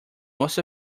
most